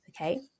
okay